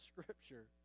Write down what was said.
Scripture